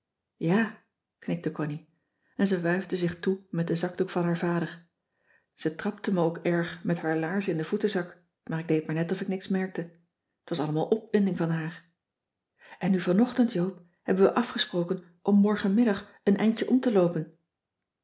ja knikte connie en ze wuifde zich toe met den zakdoek van haar vader ze trapte me ook erg met haar laarzen in den voetenzak maar ik deed maar net of ik niets merkte t was allemaal opwinding van haar en nu vanochtend joop hebben we afgesproken om morgenmiddag een eindje om te loopen